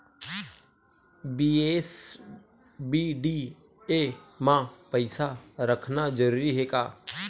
BSBDA मा पईसा रखना जरूरी हे का?